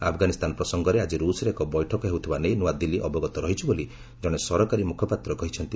ଆଫଗାନିସ୍ତାନ ପ୍ରସଙ୍ଗରେ ଆଜି ରୂଷ୍ରେ ଏକ ବୈଠକ ହେଉଥିବା ନେଇ ନ୍ତଆଦିଲ୍ଲୀ ଅବଗତ ରହିଛି ବୋଲି ଜଣେ ସରକାରୀ ମ୍ରଖପାତ୍ର କହିଛନ୍ତି